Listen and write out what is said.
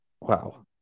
Wow